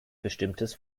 bestimmtes